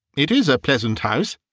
it is a pleasant house,